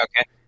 Okay